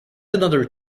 another